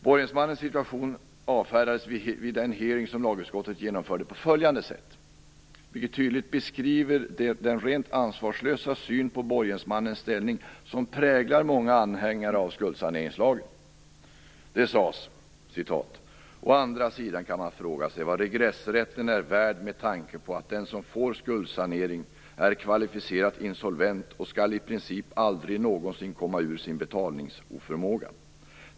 Borgensmannens situation avfärdades vid den hearing som lagutskottet genomförde på följande sätt, vilket tydligt beskriver den rent ansvarslösa syn på borgensmannens ställning som präglar många anhängare av skuldsaneringslagen. Det sades: "Å andra sidan kan man fråga sig vad regressrätten är värd med tanke på att den som får skuldsanering är kvalificerat insolvent och skall i princip aldrig någonsin komma ur sin betalningsoförmåga.